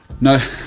No